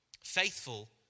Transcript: Faithful